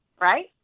right